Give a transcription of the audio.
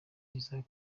isaac